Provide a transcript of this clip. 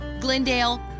Glendale